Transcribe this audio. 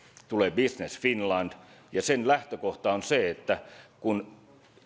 tulee business finland sen lähtökohta on se että kun